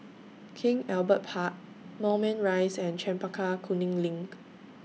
King Albert Park Moulmein Rise and Chempaka Kuning LINK